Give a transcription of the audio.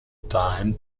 time